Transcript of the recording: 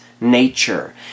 nature